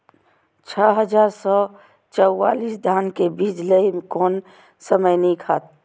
छः हजार चार सौ चव्वालीस धान के बीज लय कोन समय निक हायत?